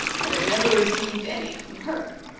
but have never received any from her.